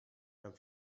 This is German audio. beim